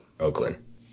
Oakland